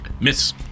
Miss